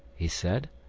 he said.